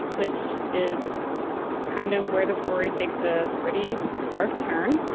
which is kind of where the story takes a pretty dark turn.